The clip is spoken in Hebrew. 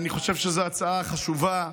אני חושב שזו הצעה חשובה.